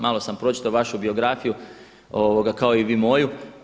Malo sam pročitao vašu biografiju kao i vi moju.